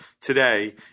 today